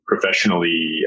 Professionally